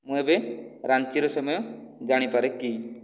ମୁଁ ଏବେ ରାଞ୍ଚିର ସମୟ ଜାଣିପାରେ କି